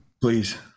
Please